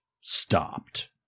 stopped